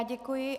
Děkuji.